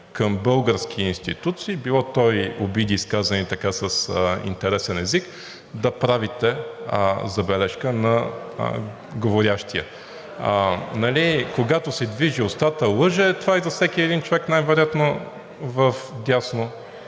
към български институции – било то и обиди, изказани с интересен език, да правите забележка на говорещия. Когато се движи устата, лъже – това и за всеки един човек, най-вероятно,